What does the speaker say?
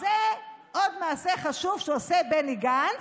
זה עוד מעשה חשוב שעושה בני גנץ,